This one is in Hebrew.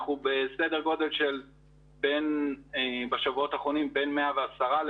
אנחנו בסדר גודל בשבועות האחרונים של 110,000-115,000